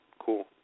Cool